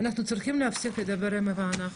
אנחנו צריכים להפסיק לדבר על הם ואנחנו,